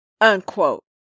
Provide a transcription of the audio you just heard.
Unquote